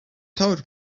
told